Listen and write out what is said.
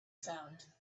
sound